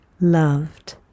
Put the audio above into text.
loved